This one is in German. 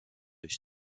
ich